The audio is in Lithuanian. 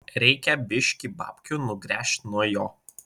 reikia biškį babkių nugręžt nuo jo